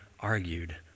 argued